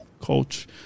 coach